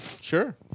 Sure